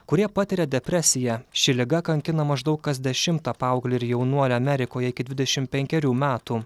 kurie patiria depresiją ši liga kankina maždaug kas dešimtą paauglį ir jaunuolį amerikoje iki dvidešim penkerių metų